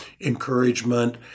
encouragement